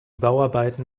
bauarbeiten